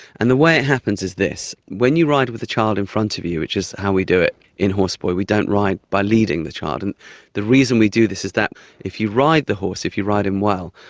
and the way it happens is this. when you ride with the child in front of you, which is how we do it in horse boy, we don't ride by leading the child, and the reason we do this is that if you ride the horse, if you ride him well,